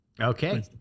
Okay